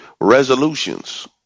resolutions